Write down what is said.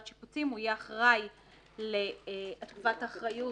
שיפוצים - הוא יהיה אחראי לתקופת האחריות,